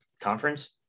conference